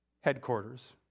headquarters